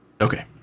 Okay